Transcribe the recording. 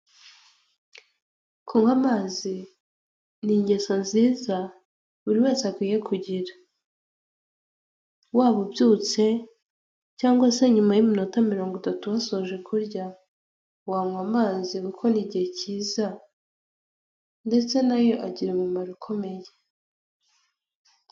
Kunywa amazi ni ingeso nziza buri wese akwiye kugira. Waba ubyutse cyangwa se nyuma y'iminota mirongo itatu musoje kurya, wanywa amazi kuko ni igihe cyiza ndetse na yo agira umumaro ukomeye.